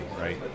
right